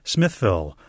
Smithville